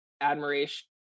admiration